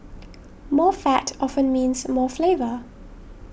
more fat often means more flavour